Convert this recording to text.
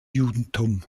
judentum